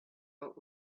but